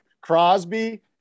crosby